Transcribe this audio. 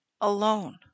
alone